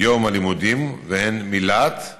יום הלימודים, והן מיל"ת וניצנים.